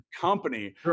company